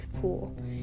pool